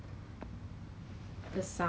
okay not fifty fifty but maybe